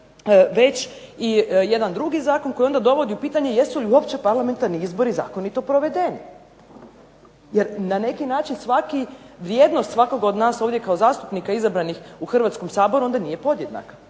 već i jedan drugi zakon koji onda dovodi u pitanje jesu li uopće parlamentarni izbori zakonito provedeni? Jer na neki način svaki, vrijednost svakoga od nas ovdje kao zastupnika izabranih u Hrvatskom saboru onda nije podjednak,